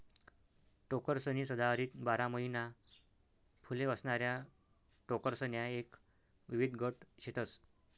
टोकरसनी सदाहरित बारा महिना फुले असणाऱ्या टोकरसण्या एक विविध गट शेतस